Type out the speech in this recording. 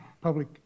public